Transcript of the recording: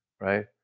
right